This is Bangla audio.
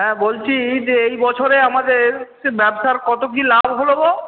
হ্যাঁ বলছি যে এই বছরে আমাদের ব্যবসার কত কী লাভ হলো গো